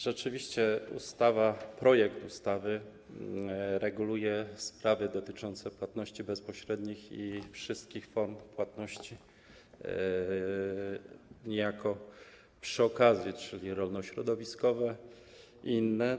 Rzeczywiście projekt ustawy reguluje sprawy dotyczące płatności bezpośrednich i wszystkich form płatności niejako przy okazji, czyli rolnośrodowiskowych i innych.